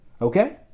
Okay